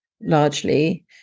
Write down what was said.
largely